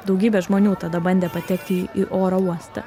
daugybė žmonių tada bandė patekti į oro uostą